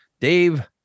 Dave